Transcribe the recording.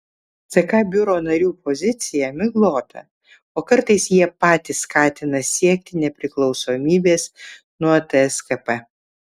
ck biuro narių pozicija miglota o kartais jie patys skatina siekti nepriklausomybės nuo tskp